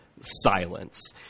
silence